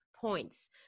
points